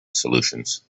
solutions